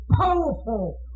Powerful